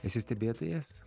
esi stebėtojas